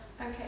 okay